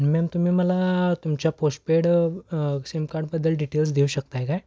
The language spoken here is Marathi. अन मॅम तुम्ही मला तुमच्या पोस्टपेड सिमकार्डबद्दल डिटेल्स देऊ शकताय काय